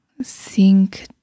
sink